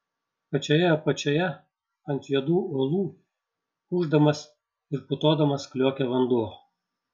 pačioje apačioje ant juodų uolų ūždamas ir putodamas kliokė vanduo